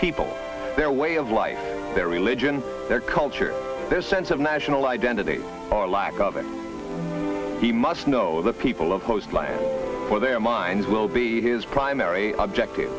people their way of life their religion their culture their sense of national identity or lack of it he must know the people of coastline for their minds will be his primary objective